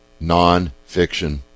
nonfiction